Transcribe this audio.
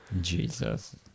Jesus